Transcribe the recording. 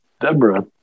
Deborah